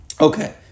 Okay